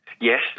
Yes